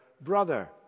brother